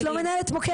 את לא מנהלת מוקד,